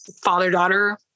father-daughter